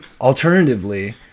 alternatively